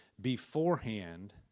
beforehand